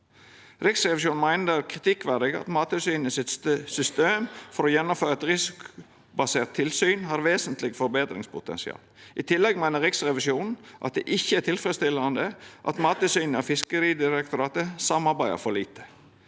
Riksrevisjonen meiner det er kritikkverdig at Mattilsynets system for å gjennomføra eit risikobasert tilsyn har vesentleg forbetringspotensial. I tillegg meiner Riksrevisjonen at det ikkje er tilfredsstillande at Mattilsynet og Fiskeridirektoratet samarbeider for lite.